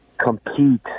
compete